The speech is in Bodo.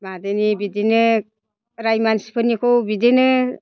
बिदिनो राय मानसिफोरनिखौ बिदिनो